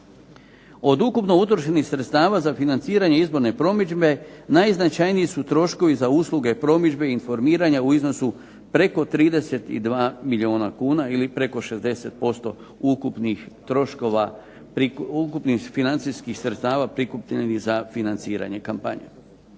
Od ukupno utrošenih sredstava za financiranje izborne promidžbe najznačajniji su troškovi za usluge promidžbe i informiranja u iznosu preko 32 milijuna kuna, ili preko 60% ukupnih troškova, ukupnih financijskih sredstava prikupljenih za financiranje kampanje.